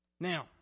Now